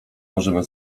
możemy